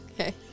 okay